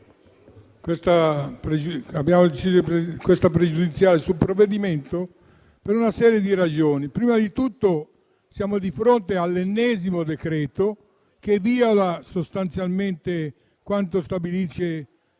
presentare una questione pregiudiziale sul provvedimento, per una serie di ragioni. Prima di tutto siamo di fronte all'ennesimo decreto-legge che viola sostanzialmente quanto stabilisce la